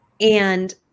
And-